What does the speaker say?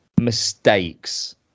mistakes